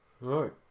Right